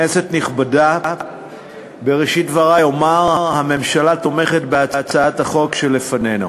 דברי אומר כי הממשלה תומכת בהצעת החוק שלפנינו.